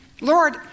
Lord